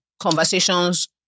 conversations